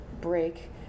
break